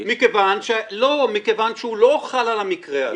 מכיוון שהוא לא חל על המקרה הזה.